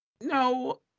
No